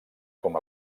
com